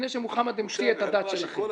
לפני שמוחמד המציא את הדת שלכם.